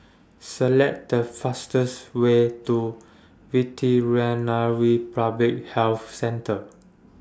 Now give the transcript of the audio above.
Select The fastest Way to Veterinary Public Health Centre